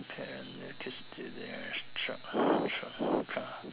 parent and kids do their trial trial trial